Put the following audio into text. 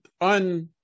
un